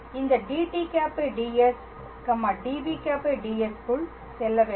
இந்த dt̂ds db̂ds க்குள் செல்ல வேண்டாம்